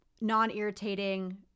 non-irritating